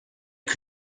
der